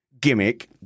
gimmick